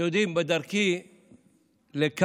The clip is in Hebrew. אתם יודעים, בדרכי לכאן